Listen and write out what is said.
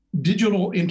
Digital